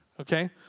okay